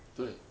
对